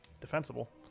defensible